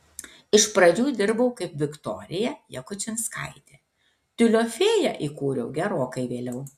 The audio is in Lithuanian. iš pradžių dirbau kaip viktorija jakučinskaitė tiulio fėją įkūriau gerokai vėliau